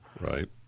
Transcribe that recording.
right